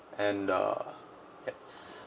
and uh yup